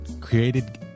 created